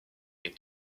les